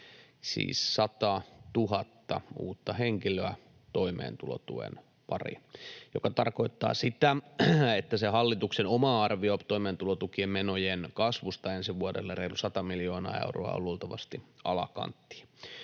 siis satatuhatta uutta henkilöä toimeentulotuen pariin, mikä tarkoittaa sitä, että se hallituksen oma arvio toimeentulotukimenojen kasvusta ensi vuodelle, reilut 100 miljoonaa euroa, on luultavasti alakanttiin,